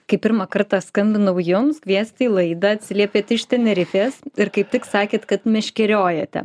kai pirmą kartą skambinau jums kviesti į laidą atsiliepėt iš tenerifės ir kaip tik sakėt kad meškeriojate